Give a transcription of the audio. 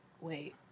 wait